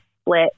split